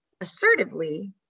assertively